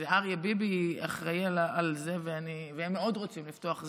שאריה ביבי אחראי לזה, והם מאוד רוצים לפתוח.